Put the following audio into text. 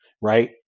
right